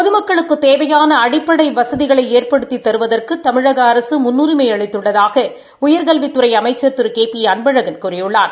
பொதுமக்களுக்குத் தேவையான அடிப்படை வசதிகளை எற்படுத்தி தருவதற்கு தமிழக அரசு முன்னுரிமை அளித்துள்ளதாக உயர் கல்வித்துறை அமைச்சர் திரு கே பி அன்பழகன் கூறியுள்ளார்